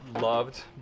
loved